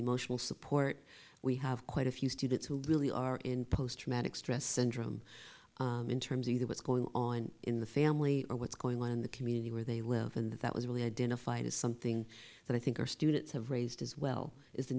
emotional support we have quite a few students who really are in post traumatic stress syndrome in terms of either what's going on in the family or what's going on in the community where they live and that was really identified is something that i think our students have raised as well is